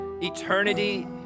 eternity